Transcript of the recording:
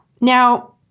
Now